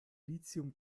lithium